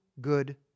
good